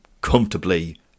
comfortably